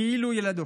כאילו ילדו".